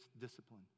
discipline